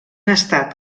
estat